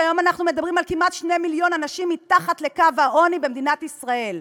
היום אנחנו מדברים על כמעט 2 מיליון אנשים מתחת לקו העוני במדינת ישראל,